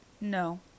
No